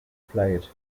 played